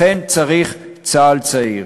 לכן צריך צה"ל צעיר.